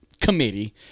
Committee